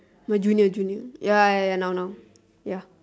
my junior junior ya ya ya now now ya